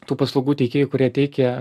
tų paslaugų teikėjų kurie teikia